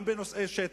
גם בנושאי שטח,